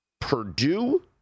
Purdue